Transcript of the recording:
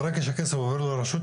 ברגע שהכסף עובר לרשות,